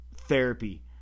therapy